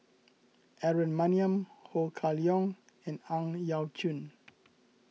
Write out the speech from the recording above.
Aaron Maniam Ho Kah Leong and Ang Yau Choon